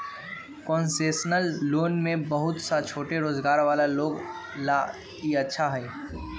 concessional loan में बहुत सा छोटा रोजगार वाला लोग ला ई अच्छा हई